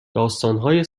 داستانهای